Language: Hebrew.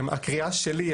הקריאה שלי,